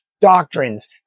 doctrines